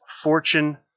Fortune